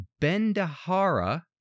Bendahara